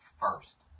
first